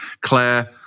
claire